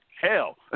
Hell